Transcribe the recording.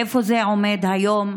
איפה זה עומד היום?